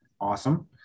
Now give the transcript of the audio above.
Awesome